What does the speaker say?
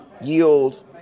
yield